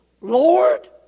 Lord